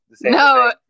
No